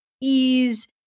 ease